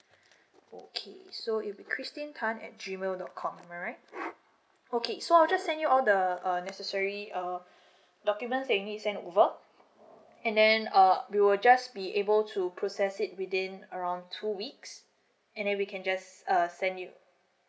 okay so is christine tan at G mail dot com am I right okay so I'll just send you all the uh necessary uh document thingy send over and then uh we will just be able to process it within around two weeks and then we can just uh send you